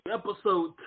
episode